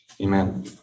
Amen